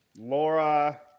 Laura